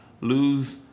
lose